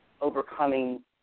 overcoming